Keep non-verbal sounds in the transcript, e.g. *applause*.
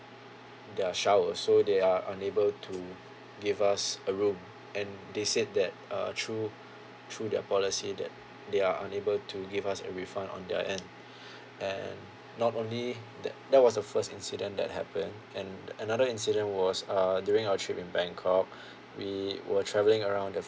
their shower so they are unable to give us a room and they said that uh through through their policy that they are unable to give us a refund on their end *breath* and not only that that was the first incident that happened and another incident was err during our trip in bangkok *breath* we were travelling around the